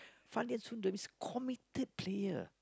Fandi and Sundram is committed player